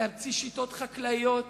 להמציא שיטות חקלאיות